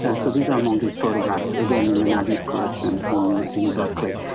and so these are among his photographs again in the magnus collection in in berkeley.